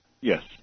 Yes